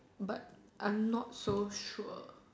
but I'm not so sure